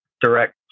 direct